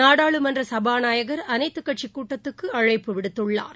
நாடாளுமன்றசபாநாயகர் அனைத்துக் கட்சிக் கூட்டத்துக்குஅழைப்புவிடுத்துள்ளார்